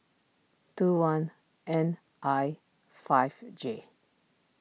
two one N I five J